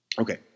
Okay